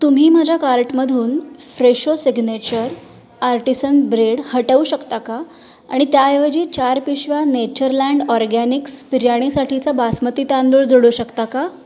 तुम्ही माझ्या कार्टमधून फ्रेशो सिग्नेचर आर्टिसन ब्रेड हटवू शकता का आणि त्याऐवजी चार पिशव्या नेचरलँड ऑरगॅनिक्स बिर्याणीसाठीचा बासमती तांदूळ जोडू शकता का